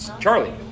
Charlie